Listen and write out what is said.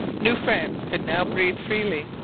new france could now breathe freely.